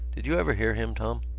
did you ever hear him, tom?